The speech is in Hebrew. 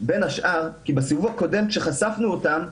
בין השאר, כי בסיבוב הקודם שחשפנו אותם,